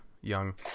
young